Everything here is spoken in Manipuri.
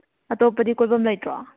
ꯑꯇꯣꯞꯄꯗꯤ ꯀꯣꯏꯕꯝ ꯂꯩꯇ꯭ꯔꯣ